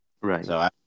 Right